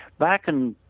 back in,